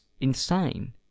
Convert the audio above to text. insane